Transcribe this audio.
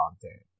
content